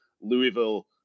louisville